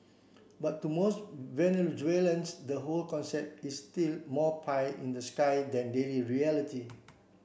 but to most Venezuelans the whole concept is still more pie in the sky than daily reality